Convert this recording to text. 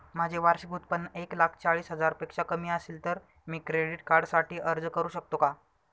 माझे वार्षिक उत्त्पन्न एक लाख चाळीस हजार पेक्षा कमी असेल तर मी क्रेडिट कार्डसाठी अर्ज करु शकतो का?